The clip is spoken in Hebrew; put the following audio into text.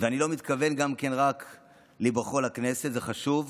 אני לא מתכוון רק על היבחרו לכנסת, זה חשוב,